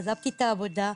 עזבתי את העבודה.